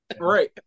right